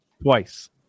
Twice